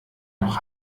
noch